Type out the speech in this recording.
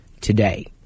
today